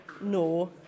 no